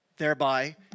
thereby